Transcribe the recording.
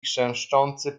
chrzęszczący